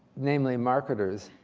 namely marketers,